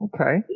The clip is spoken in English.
okay